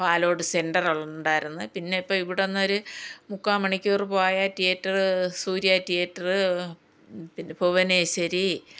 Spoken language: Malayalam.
പാലോട് സെൻ്ററുണ്ടായിരുന്നു പിന്നെ ഇപ്പം ഇവിടുന്നോരു മുക്കാൽമണിക്കൂർ പോയാൽ തിയേറ്ററ് സൂര്യ തിയേറ്ററ് പിന്നെ ഭുവനേശ്വരി